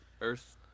Earth